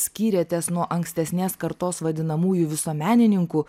skiriatės nuo ankstesnės kartos vadinamųjų visuomenininkų